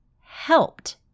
helped